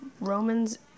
Romans